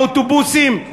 והאוטובוסים,